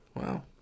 wow